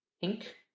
pink